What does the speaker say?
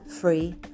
free